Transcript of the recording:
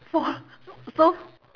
four so